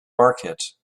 market